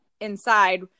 inside